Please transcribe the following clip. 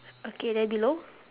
okay then below